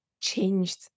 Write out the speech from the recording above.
changed